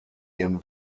ihren